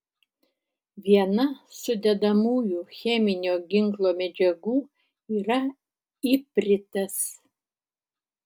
viena sudedamųjų cheminio ginklo medžiagų yra ipritas